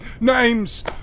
Name's